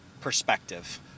perspective